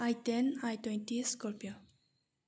I ten I twenty scorpio